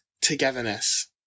togetherness